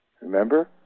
Remember